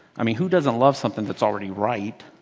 i mean, who doesn't love something that's already right.